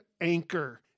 anchor